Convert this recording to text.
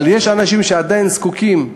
אבל יש אנשים שעדיין זקוקים,